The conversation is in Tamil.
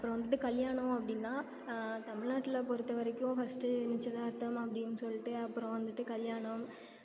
அப்புறம் வந்துவிட்டு கல்யாணம் அப்படின்னா தமிழ்நாட்ல பொறுத்த வரைக்கும் ஃபஸ்ட்டு நிச்சயதார்த்தம் அப்படின்னு சொல்லிட்டு அப்புறம் வந்துவிட்டு கல்யாணம்